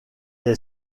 est